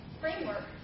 framework